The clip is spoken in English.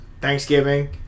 Thanksgiving